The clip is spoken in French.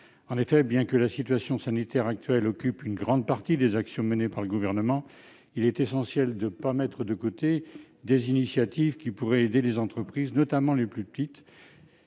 En effet, bien que la situation sanitaire actuelle occupe une grande partie des actions menées par le Gouvernement, il est essentiel de ne pas mettre de côté des initiatives qui pourraient aider les entreprises, notamment les plus petites,